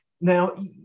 Now